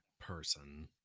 person